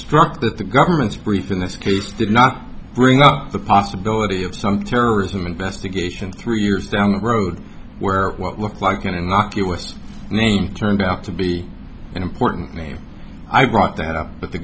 struck that the government's brief in this case did not bring up the possibility of some terrorism investigation three years down the road where it won't work like an innocuous name turned out to be an important matter i brought that up but the